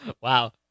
Wow